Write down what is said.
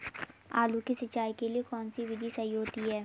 आलू की सिंचाई के लिए कौन सी विधि सही होती है?